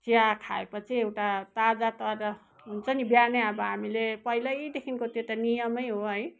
चिया खाएपछि एउटा ताजा ताजा हुन्छ नि बिहानै अब हामीले पहिल्यैदेखिको त्यो त नियमै हो है